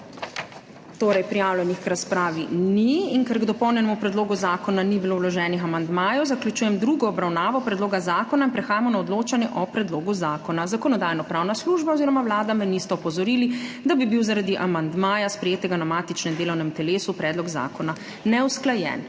imeli, prijavljenih k razpravi ni. Ker k dopolnjenemu predlogu zakona ni bilo vloženih amandmajev, zaključujem drugo obravnavo predloga zakona in prehajamo na odločanje o predlogu zakona. Zakonodajno-pravna služba oziroma Vlada me nista opozorili, da bi bil zaradi amandmaja, sprejetega na matičnem delovnem telesu, predlog zakona neusklajen.